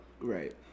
Right